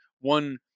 one